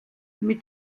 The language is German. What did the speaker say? mit